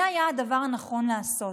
זה היה הדבר הנכון לעשות,